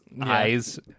eyes